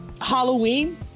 Halloween